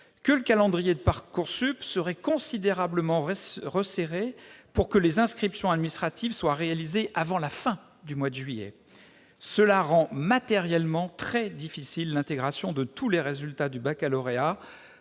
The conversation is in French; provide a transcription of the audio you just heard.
que le calendrier de Parcoursup serait considérablement resserré, pour que les inscriptions administratives soient réalisées avant la fin du mois de juillet. Cela rend matériellement très difficile l'intégration de tous les résultats du baccalauréat,